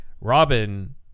Robin